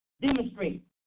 demonstrate